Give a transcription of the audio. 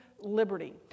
liberty